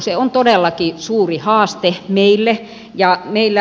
se on todellakin suuri haaste meille